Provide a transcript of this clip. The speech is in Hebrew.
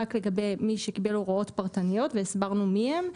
לגבי מי שקיבל הוראות פרטניות והסברנו מי הם.